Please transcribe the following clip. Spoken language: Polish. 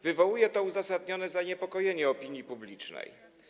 Wywołuje to uzasadnione zaniepokojenie opinii publicznej.